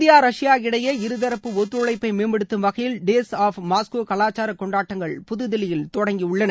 India Russia இடையே இருதரப்பு ஒத்துழைப்பை மேப்படுத்தும் வகையில் டேஸ் ஆப் மாஸ்கோ கலாச்சார கொண்டாடங்கள் புதுதில்லியில் தொடங்கியுள்ளன